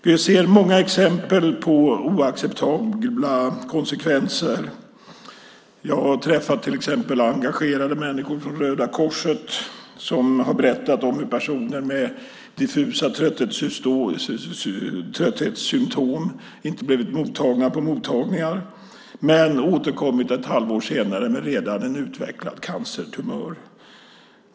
Vi ser många exempel på oacceptabla konsekvenser. Jag träffar till exempel engagerade människor från Röda Korset som har berättat om hur personer med diffusa trötthetssymtom inte har blivit mottagna på mottagningar men återkommit ett halvår senare med en redan utvecklad cancertumör.